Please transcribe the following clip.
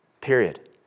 Period